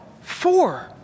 four